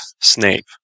Snape